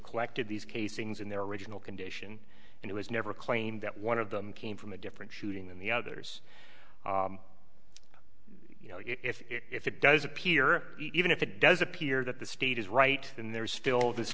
collected these casings in their original condition and it was never claimed that one of them came from a different shooting than the others you know if it does appear even if it does appear that the state is right and there is still th